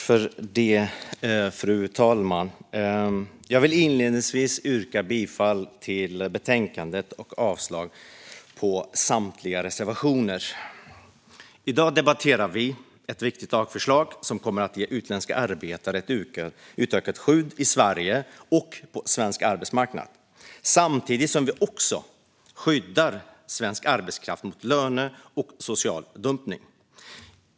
Fru talman! Jag vill inledningsvis yrka bifall till utskottets förslag i betänkandet och avslag på samtliga reservationer. I dag debatterar vi ett viktigt lagförslag som kommer att ge utländska arbetare ett utökat skydd i Sverige och på svensk arbetsmarknad samtidigt som vi också skyddar svensk arbetskraft mot lönedumpning och social dumpning.